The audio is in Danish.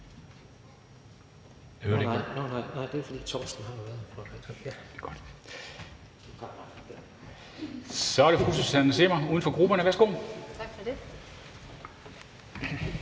Så er det fru Susanne Zimmer, uden for grupperne. Værsgo.